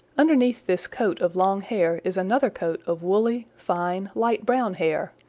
underneath this coat of long hair is another coat of woolly, fine light-brown hair,